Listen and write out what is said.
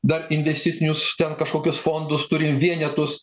dar investicinius ten kažkokius fondus turim vienetus